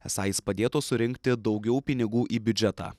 esą jis padėtų surinkti daugiau pinigų į biudžetą